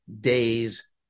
day's